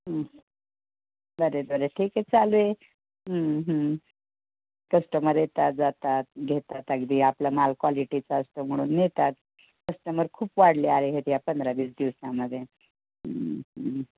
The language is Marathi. बरं बरं ठीक आहे चालू आहे कस्टमर येतात जातात घेतात अगदी आपला माल कॉलिटीचा असतो म्हणून नेतात कस्टमर खूप वाढले आहेत या पंधरा वीस दिवसांमध्ये